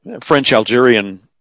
French-Algerian